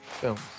Films